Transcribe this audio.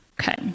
Okay